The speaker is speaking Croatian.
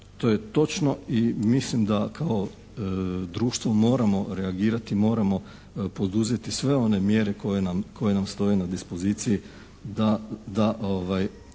To je točno i mislim da kao društvo moramo reagirati, moramo poduzeti sve one mjere koje nam stoje na dispoziciji da